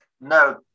No